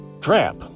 trap